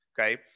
okay